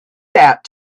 that